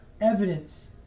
evidence